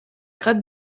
grade